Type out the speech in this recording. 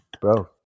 bro